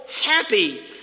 happy